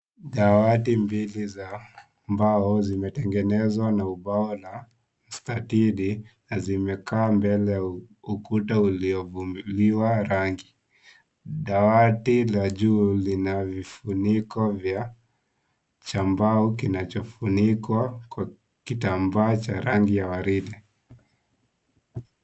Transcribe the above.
Dawati mbili za mbao zimetengenezwa na ubao na stadili na zimekaa mbele ya ukuta uliofumiliwa rangi, dawati la juu lina kifuniko cha mbao kinachofunikwa kwa kitambaa cha rangi ya waridi.